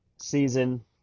Season